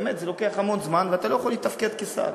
באמת, זה לוקח המון זמן, ואתה לא יכול לתפקד כשר.